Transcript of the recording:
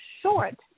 short